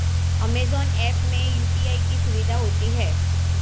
Amazon app में UPI की सुविधा होती है